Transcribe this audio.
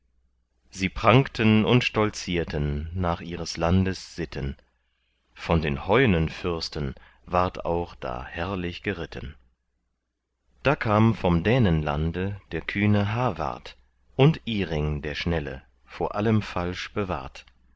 sie prangten und stolzierten nach ihres landes sitten von den heunenfürsten ward auch da herrlich geritten da kam vom dänenlande der kühne hawart und iring der schnelle vor allem falsch bewahrt